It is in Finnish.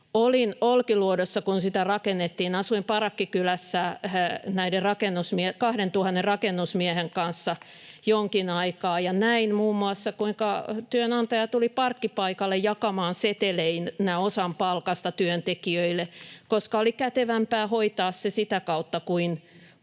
Olin Olkiluodossa, kun sitä rakennettiin. Asuin parakkikylässä näiden 2 000 rakennusmiehen kanssa jonkin aikaa ja näin muun muassa, kuinka työnantaja tuli parkkipaikalle jakamaan seteleinä osan palkasta työntekijöille, koska oli kätevämpää hoitaa se sitä kautta kuin